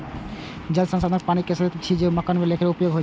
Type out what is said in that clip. जल संसाधन पानिक ऊ स्रोत छियै, जे मनुक्ख लेल उपयोगी होइ